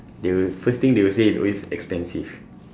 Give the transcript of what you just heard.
they will first thing they will say is always expensive